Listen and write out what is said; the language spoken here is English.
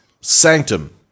Sanctum